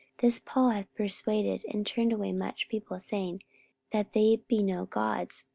this paul hath persuaded and turned away much people, saying that they be no gods,